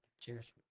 Cheers